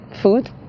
food